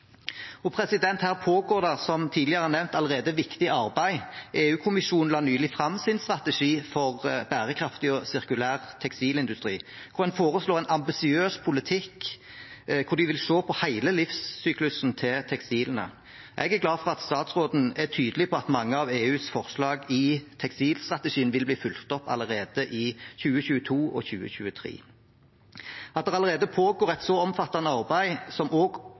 pågår, som tidligere nevnt, allerede viktig arbeid. EU-kommisjonen la nylig fram sin strategi for bærekraftig og sirkulær tekstilindustri. Man foreslår en ambisiøs politikk hvor de vil se på hele livssyklusen til tekstilene. Jeg er glad for at statsråden er tydelig på at mange av EUs forslag i tekstilstrategien vil bli fulgt opp allerede i 2022 og 2023. At det allerede pågår et så omfattende arbeid, som